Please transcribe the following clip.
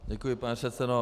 Děkuji, pane předsedo.